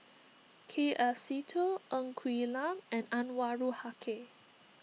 K F Seetoh Ng Quee Lam and Anwarul Haque